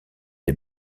des